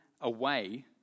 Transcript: away